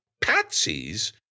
Patsies